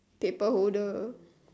paper holder